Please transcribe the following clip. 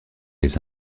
les